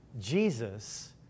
Jesus